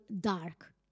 dark